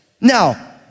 Now